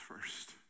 first